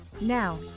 Now